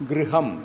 गृहम्